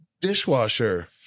Dishwasher